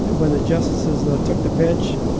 when the justices ah took the bench.